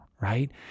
right